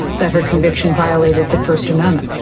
that her conviction violated the first amendment.